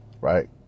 Right